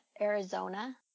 Arizona